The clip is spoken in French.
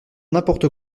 n’importe